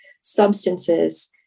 substances